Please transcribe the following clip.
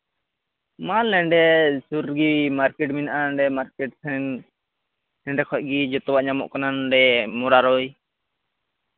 ᱢᱟᱞ ᱱᱚᱰᱮ ᱥᱩᱨ ᱜᱮ ᱢᱟᱨᱠᱮᱹᱴ ᱢᱮᱱᱟᱜᱼᱟ ᱢᱟᱨᱠᱮᱹᱴ ᱴᱷᱮᱱ ᱚᱸᱰᱮ ᱠᱷᱚᱱ ᱜᱮ ᱡᱚᱛᱚᱣᱟᱜ ᱧᱟᱢᱚᱜ ᱠᱟᱱᱟ ᱱᱚᱰᱮ ᱢᱩᱨᱟᱨᱚᱭ